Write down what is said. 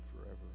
forever